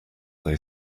they